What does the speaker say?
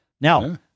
now